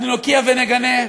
אנחנו נוקיע ונגנה.